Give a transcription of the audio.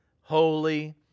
holy